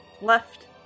left